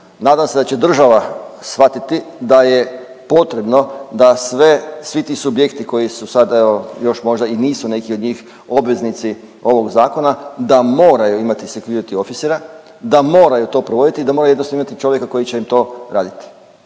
Nadam se da će država shvatiti da je potrebno da sve, svi ti subjekti koji su sad evo, još možda i nisu neki od njih obveznici ovog zakona, da moraju imati securitiy officera, da moraju to provoditi i da moraju jednostavno imati čovjeka koji će im to raditi.